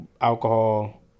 alcohol